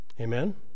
Amen